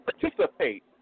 participate